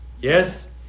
Yes